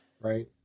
Right